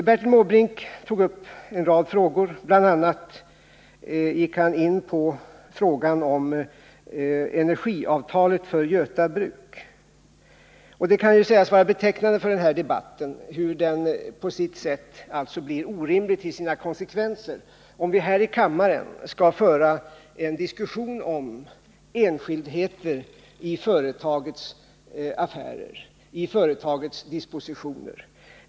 Bertil Måbrink tog upp en rad frågor. Bl. a. gick han in på frågan om energiavtalet för Göta bruk. Det kan sägas vara betecknande för denna debatt hur den på sitt sätt blir orimlig till sina konsekvenser, om vi här i kammaren skall föra en diskussion om enskildheter i företags affärer och dispositioner.